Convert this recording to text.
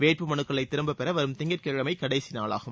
வேட்புமனுக்களை திரும்பப்பெற வரும் திங்கட் கிழமை கடைசி நாளாகும்